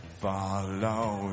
follow